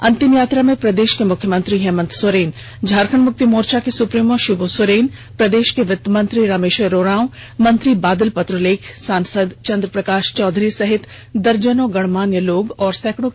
अंतिम यात्रा में प्रदेश के मुख्यमंत्री हेमंत सोरेन झारखंड मुक्ति मोर्चा के सुप्रीमो शिब् सोरेन प्रदेश के वित्त मंत्री रामेश्वर उरांव मंत्री बादल पत्रलेख सांसद चंद्र प्रकाश चौधरी सहित दर्जनों गणमान्य लोग और सैकड़ों की संख्या में बेरमो के लोग शामिल हुए